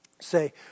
say